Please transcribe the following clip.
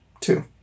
Two